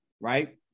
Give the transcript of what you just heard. right